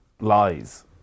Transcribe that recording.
lies